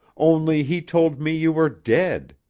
only he told me you were dead.